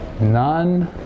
none